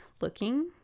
looking